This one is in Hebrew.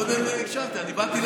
קודם הקשבתי.